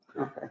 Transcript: Okay